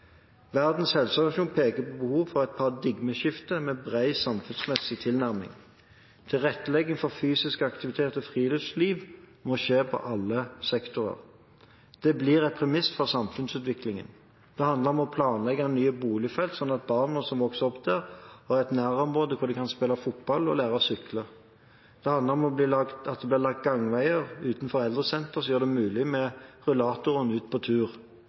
Verdens helseorganisasjon peker på behovet for et paradigmeskifte med en bred samfunnsmessig tilnærming. Tilrettelegging for fysisk aktivitet og friluftsliv må skje på alle sektorer. Det blir et premiss for samfunnsutviklingen. Det handler om å planlegge nye boligfelt slik at barna som vokser opp der, har et nærområde der de kan spille fotball og lære å sykle. Det handler om at det blir laget gangveier utenfor eldresentrene som gjør det mulig å ta med rullatoren ut på tur.